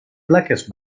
plaques